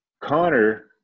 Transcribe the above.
connor